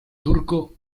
turco